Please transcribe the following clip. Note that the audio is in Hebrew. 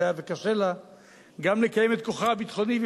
בתקציביה וקשה לה גם לקיים את כוחה הביטחוני,